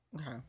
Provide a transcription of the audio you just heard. okay